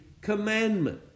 commandment